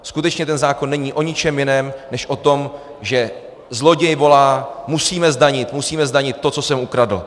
Skutečně ten zákon není o ničem jiném, než o tom, že zloděj volá: Musíme zdanit, musíme zdanit to, co jsem ukradl!